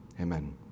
Amen